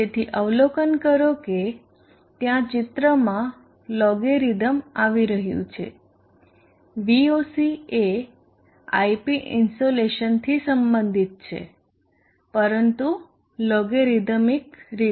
તેથી અવલોકન કરો કે ત્યાં ચિત્રમાં લોગરીધમ આવી રહ્યું છે Voc એ ip ઇન્સોલેશનથી સંબંધિત છે પરંતુ લોગરીધમિક રીતે